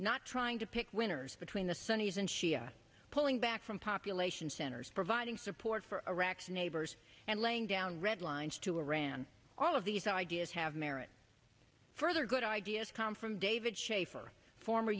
not trying to pick winners between the sunnies and shia pulling back from population centers providing support for iraq's neighbors and laying down red lines to iran all of these ideas have merit further good ideas come from david schaffer former